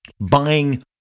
buying